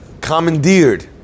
commandeered